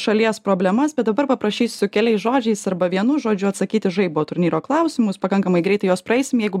šalies problemas bet dabar paprašysiu keliais žodžiais arba vienu žodžiu atsakyt į žaibo turnyro klausimus pakankamai greitai juos praeisim jeigu